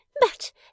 But